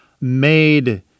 made